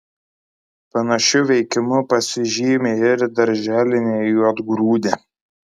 panašiu veikimu pasižymi ir darželinė juodgrūdė